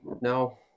No